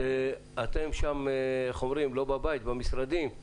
אתם שם במשרדים,